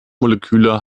moleküle